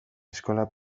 eskola